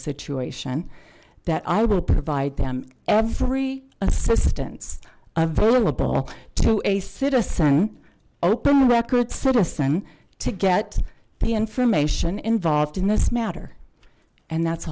situation that i will provide them every assistance available to a citizen open record citizen to get the information involved in this matter and that's